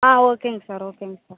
ஆ ஓகேங்க சார் ஓகேங்க சார்